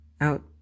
out